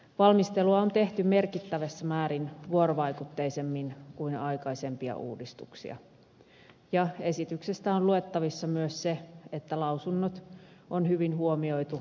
valmistelua on tehty merkittävässä määrin vuorovaikutteisemmin kuin aikaisempia uudistuksia ja esityksestä on luettavissa myös se että lausunnot on hyvin huomioitu valmistelussa